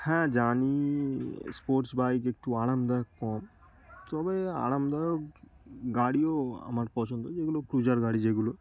হ্যাঁ জানি sports bike একটু আরামদায়ক কম তবে আরামদায়ক গাড়িও আমার পছন্দ যেগুলো ক্রুজার গাড়ি যেগুলো